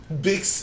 Big